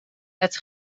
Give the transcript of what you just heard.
het